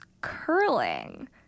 curling